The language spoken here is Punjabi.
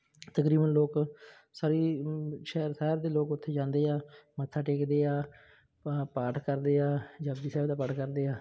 ਤਕਰੀਬਨ ਲੋਕ ਸਾਰੇ ਸ਼ਹਿਰ ਸ਼ਹਿਰਾਂ ਦੇ ਲੋਕ ਉੱਥੇ ਜਾਂਦੇ ਆ ਮੱਥਾ ਟੇਕਦੇ ਆ ਪਾ ਪਾਠ ਕਰਦੇ ਆ ਜਪੁਜੀ ਸਾਹਿਬ ਦਾ ਪਾਠ ਕਰਦੇ ਆ